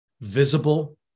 visible